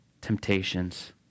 temptations